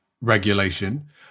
regulation